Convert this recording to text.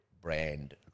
brand